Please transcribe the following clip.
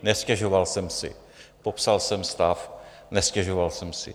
Nestěžoval jsem si, popsal jsem stav, nestěžoval jsem si.